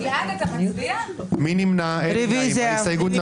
אין ההסתייגות מס' 2 של קבוצת סיעת יש עתיד לא נתקבלה.